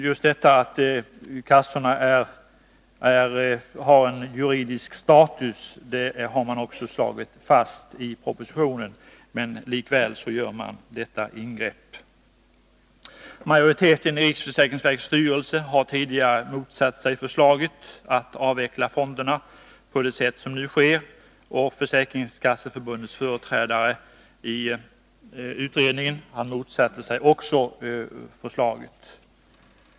Just detta att kassorna har en juridisk status har man också slagit fast i propositionen. Likväl gör regeringen detta ingrepp. Majoriteten i riksförsäkringsverkets styrelse har tidigare motsatt sig förslaget att avveckla fonderna på det sätt som nu sker. Försäkringskasseförbundets företrädare i utredningen motsatte sig också förslaget.